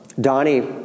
Donnie